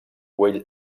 güell